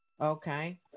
Okay